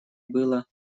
было